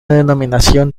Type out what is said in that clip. denominación